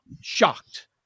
shocked